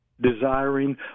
desiring